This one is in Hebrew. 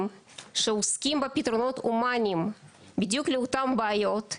שעוסקים בפתרונות הומניים בדיוק לאותן בעיות,